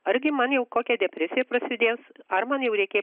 argi man jau kokia depresija prasidės ar man jau reikia